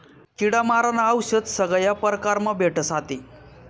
किडा मारानं औशद सगया परकारमा भेटस आते